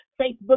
Facebook